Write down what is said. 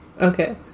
Okay